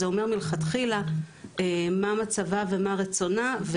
זה אומר מלכתחילה מה מצבה ומה רצונה.